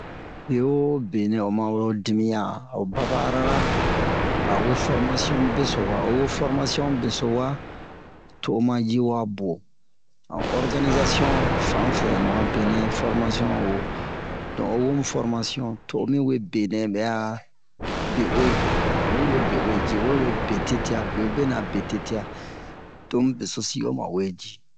bewobe nɛ o ma wee ho dimiyan o baba'arara a o wee fɔrmasiyon mu beso wa o wo fɔrmasiyon mu beso wa to o ma wa ji wa buwo han organizasiyon fanfɛ mu a benɛ fɔrmasiyon o wo donk oyi wo mu ho fɔrmasiyon to o mi we benɛ ɓɛ'a be uwe omi wee be uwe ji o we wee be tete'a bewobe nɛ a betete'a to mu besosi oma wee ji